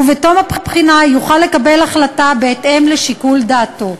ובתום הבחינה יוכל לקבל החלטה בהתאם לשיקול דעתו.